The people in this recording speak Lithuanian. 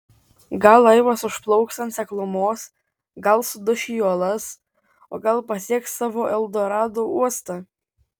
gal laivas užplauks ant seklumos gal suduš į uolas o gal pasieks savo eldorado uostą